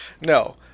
No